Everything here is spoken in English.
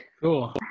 Cool